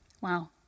Wow